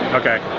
okay.